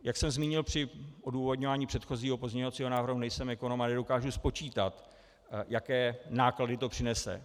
Jak jsem zmínil při odůvodňování předchozího pozměňovacího návrhu, nejsem ekonom a nedokážu spočítat, jaké náklady to přinese.